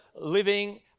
living